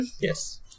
Yes